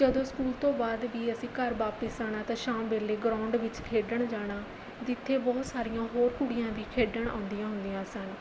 ਜਦੋਂ ਸਕੂਲ ਤੋਂ ਬਾਅਦ ਵੀ ਅਸੀਂ ਘਰ ਵਾਪਸ ਆਉਣਾ ਤਾਂ ਸ਼ਾਮ ਵੇਲੇ ਗਰਾਉਂਡ ਵਿੱਚ ਖੇਡਣ ਜਾਣਾ ਜਿੱਥੇ ਬਹੁਤ ਸਾਰੀਆਂ ਹੋਰ ਕੁੜੀਆਂ ਵੀ ਖੇਡਣ ਆਉਂਦੀਆਂ ਹੁੰਦੀਆਂ ਸਨ